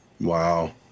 Wow